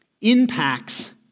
impacts